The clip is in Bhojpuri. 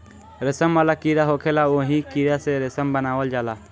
रेशम वाला कीड़ा होखेला ओही कीड़ा से रेशम बनावल जाला